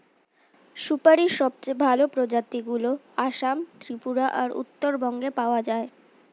সুপারীর সবচেয়ে ভালো প্রজাতিগুলো আসাম, ত্রিপুরা আর উত্তরবঙ্গে পাওয়া যায়